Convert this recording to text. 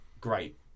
great